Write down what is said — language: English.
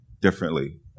differently